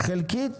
חלקית?